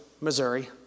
Missouri